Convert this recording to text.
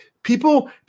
People